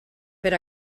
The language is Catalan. per